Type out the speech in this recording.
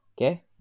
Okay